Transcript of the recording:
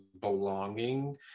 belonging